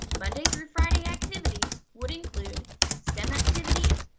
monday through friday, activities would include stem activities,